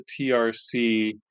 trc